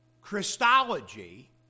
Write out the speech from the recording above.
Christology